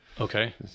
Okay